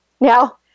now